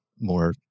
more